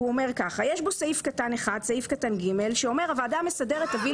יש בו סעיף קטן )ג) שאומר: "הוועדה המסדרת תביא